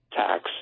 tax